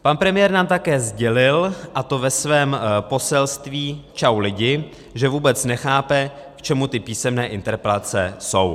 Pan premiér nám také sdělil, a to ve svém poselství Čau lidi, že vůbec nechápe, k čemu ty písemné interpelace jsou.